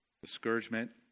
Discouragement